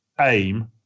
aim